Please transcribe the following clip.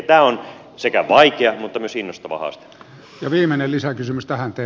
tämä on sekä vaikea että myös innostava haaste